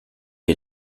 est